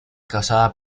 causada